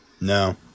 no